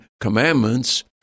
commandments